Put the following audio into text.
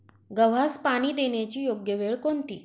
गव्हास पाणी देण्याची योग्य वेळ कोणती?